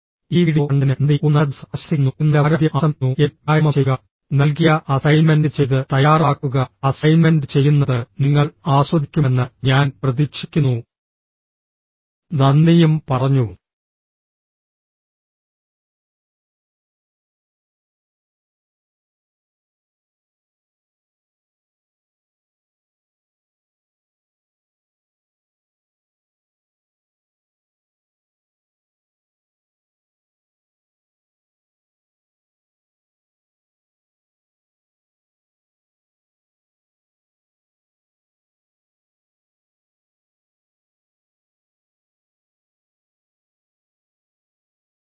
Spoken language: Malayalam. ഈ വീഡിയോ കണ്ടതിന് നന്ദി ഒരു നല്ല ദിവസം ആശംസിക്കുന്നു ഒരു നല്ല വാരാന്ത്യം ആശംസിക്കുന്നു എന്നിട്ട് വ്യായാമം ചെയ്യുക നൽകിയ അസൈൻമെന്റ് ചെയ്ത് തയ്യാറാക്കുക അസൈൻമെന്റ് ചെയ്യുന്നത് നിങ്ങൾ ആസ്വദിക്കുമെന്ന് ഞാൻ പ്രതീക്ഷിക്കുന്നു നന്ദിയും പറഞ്ഞു